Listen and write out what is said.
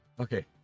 Okay